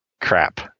crap